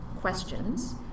questions